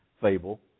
fable